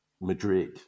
Madrid